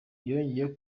yongeyeho